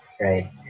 right